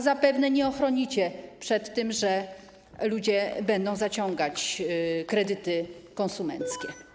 Zapewne nie ochronicie przed tym, żeby ludzie nie zaciągali kredytów konsumenckich.